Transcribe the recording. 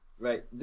Right